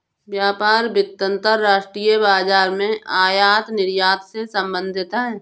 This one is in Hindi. व्यापार वित्त अंतर्राष्ट्रीय बाजार के आयात निर्यात से संबधित है